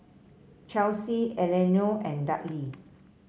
Chelsie Elenore and Dudley